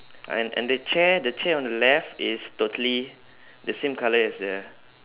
and and the chair the chair on the left is totally the same colour as the